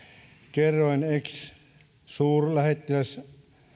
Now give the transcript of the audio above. kerroin ex suurlähettiläs